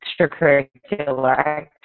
extracurricular